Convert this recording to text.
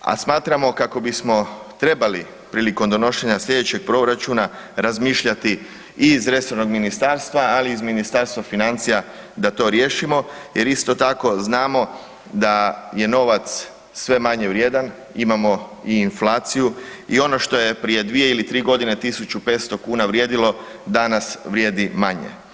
a smatramo kako bismo trebali prilikom donošenja slijedećeg proračuna razmišljati i iz resornog ministarstva, ali i iz Ministarstva financija da to riješimo jer isto tako znamo da je novac sve manje vrijedan, imamo i inflaciju i ono što je prije 2 ili 3 godine 1.500 kuna vrijedilo, danas vrijedi manje.